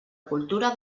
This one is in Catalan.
cultura